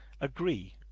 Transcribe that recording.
agree